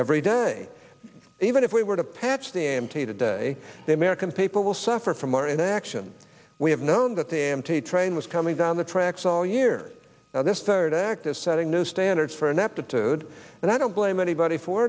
every day even if we were to patch the m k today the american people will suffer from our inaction we have known that the empty train was coming down the tracks all year now this third act is setting new standards for ineptitude and i don't blame anybody for